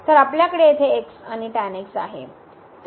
तर आपल्याकडे येथे आणि आहे